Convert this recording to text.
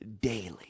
daily